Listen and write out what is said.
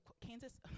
Kansas